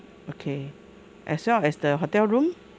okay as well as the hotel room